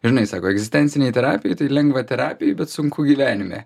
žinai sako egzistencinėj terapijoj tai lengva terapija bet sunku gyvenime